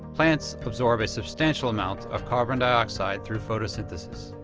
plants absorb a substantial amount of carbon dioxide through photosynthesis.